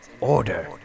order